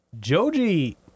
Joji